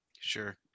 Sure